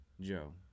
Joe